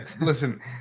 Listen